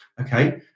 okay